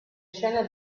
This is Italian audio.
scene